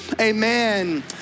Amen